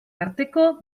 arteko